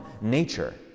nature